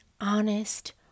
honest